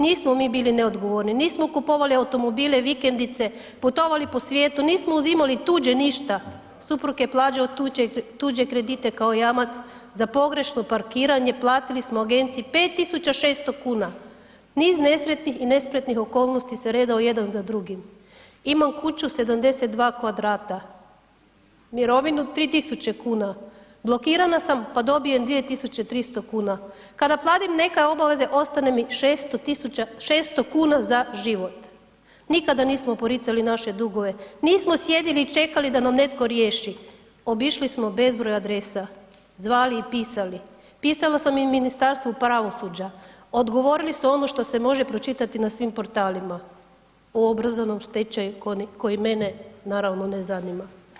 Nismo mi bili neodgovorni, nismo kupovali automobile, vikendice, putovali po svijetu, nismo uzimali tuđe ništa, suprug je plaćao tuđe kredite, kao jamac za pogrešno parkiranje platili smo agenciji 5.600,00 kn niz nesretnih i nespretnih okolnosti se redao jedan za drugim, imam kuću 72m2, mirovinu 3.000,00 kn, blokirana sam pa dobijem 2.300,00 kn, kada platim neke obaveze ostane mi 600,00 kn za život, nikada nismo poricali naše dugove, nismo sjedili i čekali da nam netko riješi, obišli smo bezbroj adresa, zvali i pisali, pisala sam i Ministarstvu pravosuđa, odgovorili su ono što se može pročitati na svim portalima o obrazovnom stečaju koji mene naravno ne zanima.